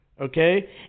Okay